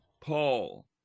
Paul